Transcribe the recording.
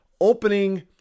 opening